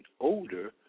older